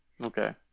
Okay